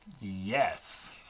Yes